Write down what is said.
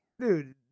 Dude